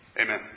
Amen